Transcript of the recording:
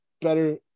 better